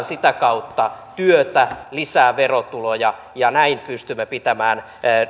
sitä kautta työtä lisää verotuloja ja näin pystymme pitämään